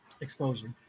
Exposure